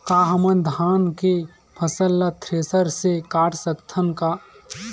का हमन धान के फसल ला थ्रेसर से काट सकथन का?